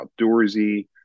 outdoorsy